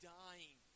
dying